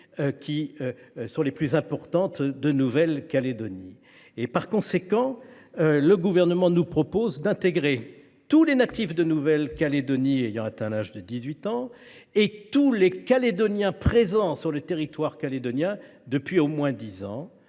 qui sont les plus importantes de Nouvelle Calédonie. Par conséquent, le Gouvernement nous propose d’intégrer à la liste électorale tous les natifs de Nouvelle Calédonie ayant atteint l’âge de 18 ans, ainsi que tous les Calédoniens présents sur le territoire calédonien depuis au moins dix ans.